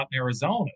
Arizona